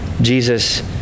Jesus